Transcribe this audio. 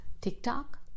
TikTok